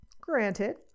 Granted